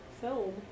Film